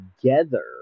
together